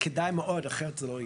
כדאי מאוד, אחרת זה לא יהיה.